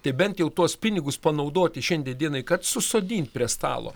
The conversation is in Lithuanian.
tai bent jau tuos pinigus panaudoti šiandien dienai kad susodint prie stalo